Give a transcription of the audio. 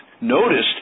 noticed